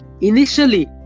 Initially